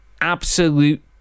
absolute